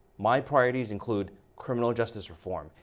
my priorities include criminal justice reform,